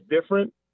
different